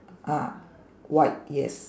ah white yes